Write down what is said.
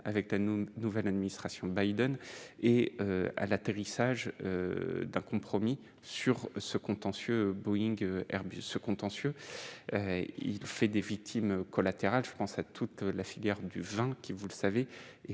avec la nouvelle administration Biden et à l'atterrissage d'un compromis sur ce contentieux Boeing Airbus ce contentieux, il fait des victimes collatérales français toute la filière du vent qui, vous le savez,